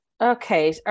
Okay